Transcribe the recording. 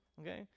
Okay